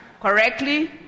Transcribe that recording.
correctly